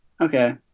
Okay